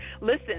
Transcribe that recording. Listen